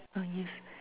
ah yes